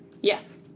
Yes